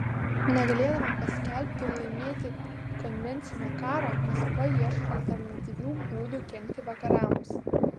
negalėdama paskelbti ir laimėti konvencinio karo maskva ieško alternatyvių būdų kenkti vakarams